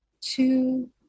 two